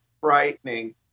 frightening